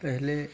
पहले